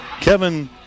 Kevin